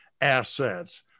assets